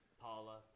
Paula